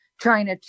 China